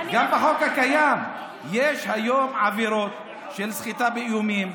גם בחוק הקיים יש היום עבירות של סחיטה באיומים,